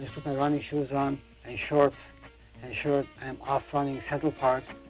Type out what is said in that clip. just put my running shoes on and shorts and shirt and off running central park.